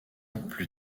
plus